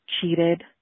cheated